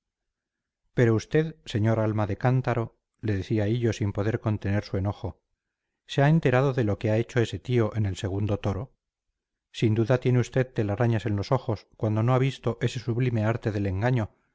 pero usted señor alma de cántaro le decía hillo sin poder contener su enojo se ha enterado de lo que ha hecho ese tío en el segundo toro sin duda tiene usted telarañas en los ojos cuando no ha visto ese sublime arte del engaño